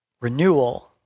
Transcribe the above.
Renewal